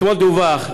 אתמול דווח,